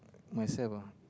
myself lah